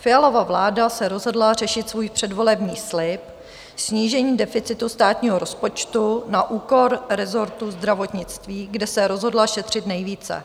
Fialova vláda se rozhodla řešit svůj předvolební slib snížení deficitu státního rozpočtu na úkor resortu zdravotnictví, kde se rozhodla šetřit nejvíce.